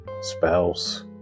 spouse